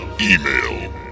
email